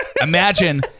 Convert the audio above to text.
Imagine